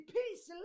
peace